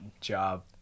job